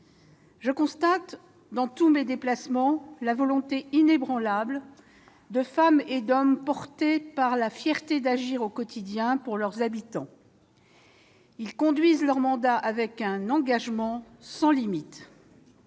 Dans tous mes déplacements, je constate la volonté inébranlable de femmes et d'hommes portés par la fierté d'agir au quotidien pour leurs habitants. Ils conduisent leur mandat avec un engagement sans limite.